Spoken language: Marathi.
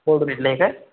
गोडोलीतलं आहे का